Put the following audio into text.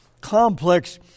complex